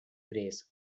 grace